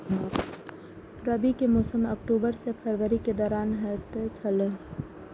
रबी के मौसम अक्टूबर से फरवरी के दौरान होतय छला